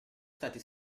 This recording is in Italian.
stati